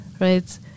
right